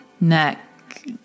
Neck